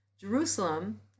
Jerusalem